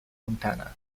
montana